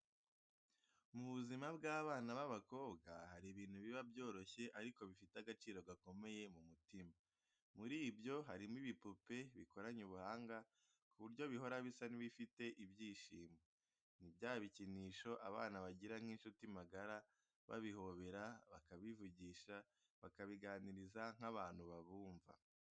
Mu buzima bw’abana b’abakobwa, hari ibintu biba byoroshye ariko bifite agaciro gakomeye mu mutima. Muri ibyo, hari mo ibipupe, bikoranye ubuhanga ku buryo bihora bisa n’ibifite ibyishimo. Ni bya bikinisho abana bagira nk’inshuti magara babihobera, bakabivugisha, bakabiganiriza nk’abantu babumva.